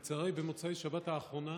לצערי, במוצאי שבת האחרונה